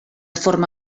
forma